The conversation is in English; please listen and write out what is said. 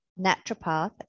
naturopath